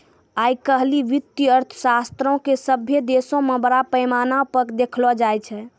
आइ काल्हि वित्तीय अर्थशास्त्रो के सभ्भे देशो मे बड़ा पैमाना पे देखलो जाय छै